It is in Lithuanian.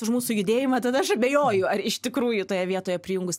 už mūsų judėjimą tada aš abejoju ar iš tikrųjų toje vietoje prijungus